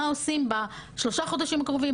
מה עושים בשלושה חודשים הקרובים,